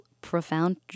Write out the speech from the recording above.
profound